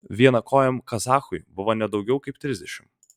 vienakojam kazachui buvo ne daugiau kaip trisdešimt